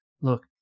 look